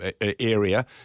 area